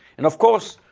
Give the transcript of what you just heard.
and of course,